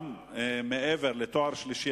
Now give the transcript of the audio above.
גם מעבר לתואר שלישי.